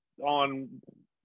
on